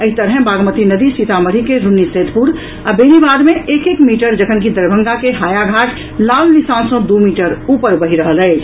एहि तरहे बागमती नदी सीतामढ़ी के रून्नीसैदपुर आ बेनीबाद मे एक एक मीटर जखनकि दरभंगा के हायाघाट लाल निशान सँ दू मीटर ऊपर बहि रहल अछि